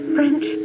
French